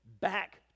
back